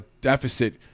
deficit